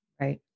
Right